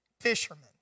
fishermen